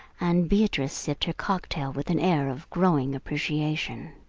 and beatrice sipped her cocktail with an air of growing appreciation.